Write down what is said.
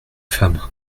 femme